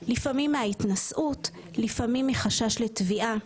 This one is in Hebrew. לפעמים מההתנשאות, לפעמים מחשש לתביעה.